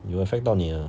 有 affect 到你 ah